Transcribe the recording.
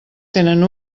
tenen